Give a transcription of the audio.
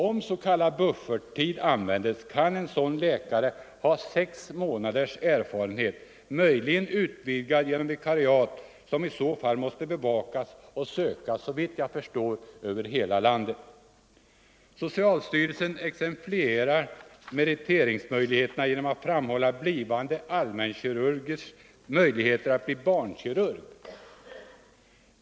Om s.k. bufferttid läkare, m.m. användes kan en sådan läkare ha sex månaders erfarenhet, möjligen utvidgad genom vikariat, som i så fall måste bevakas och såvitt jag förstår sökas över hela landet. Socialstyrelsen exemplifierar meriteringsmöjligheterna genom att framhålla blivande allmänkirurgs möjligheter att bli barnkirurg.